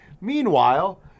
Meanwhile